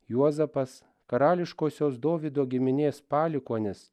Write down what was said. juozapas karališkosios dovydo giminės palikuonis